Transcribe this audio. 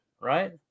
Right